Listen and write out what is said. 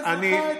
לאזרחי,